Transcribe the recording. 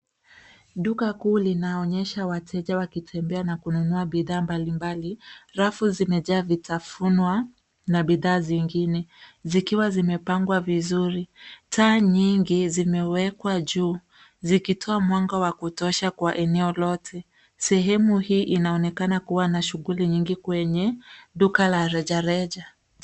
Duka kuu linaonyesha wateja wakitembea na kununua bidhaa mbalimbali. Rafu zimejaa vitafunwa na bidhaa zingine zikiwa zimepangwa vizuri. Taa nyingi zimewekwa juu zikitoa mwanga wa kutosha kwa eneo lote. Sehemu hii inaonekana kuwa na shughuli nyingi kwenye duka la reja reja.